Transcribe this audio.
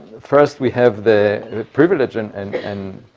first, we have the privilege and and and